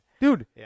Dude